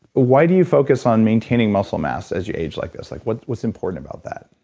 why do you focus on maintaining muscle mass as you age like this? like what's what's important about that?